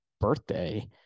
birthday